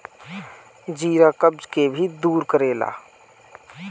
जीरा कब्ज के भी दूर करेला